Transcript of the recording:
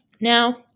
Now